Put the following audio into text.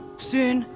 soon,